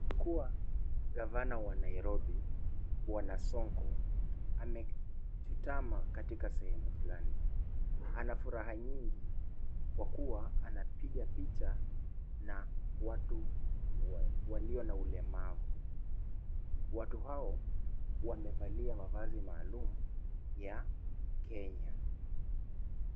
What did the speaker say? Aliyekuwa gavana wa Nairobi, Bwana Sonko, amechutama katika sehemu fulani. Ana furaha nyingi kwa kuwa anapiga picha na watu walio na ulemavu. Watu hao wamevalia mavazi maalum ya Kenya.